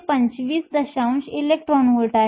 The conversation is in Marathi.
625 इलेक्ट्रॉन व्होल्ट आहे